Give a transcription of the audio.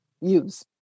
use